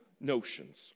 notions